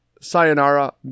Sayonara